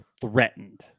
threatened